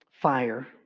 fire